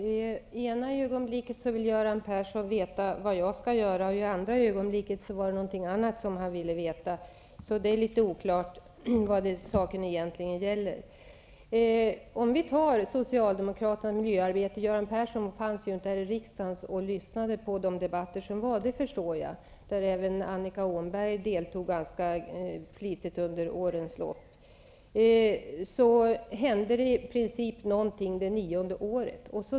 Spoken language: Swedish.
Fru talman! I ena ögonblicket vill Göran Persson veta vad jag skall göra, och i andra ögonblicket var det något annat som han ville veta. Det är litet oklart vad det egentligen gäller. När det gäller socialdemokraternas miljöarbete så fanns ju inte Göran Persson här i riksdagen då och lyssnade på de debatter som hölls. Annika Åhnberg deltog ganska flitigt i dessa under årens lopp. Det hände i princip inte något förrän under det nionde året.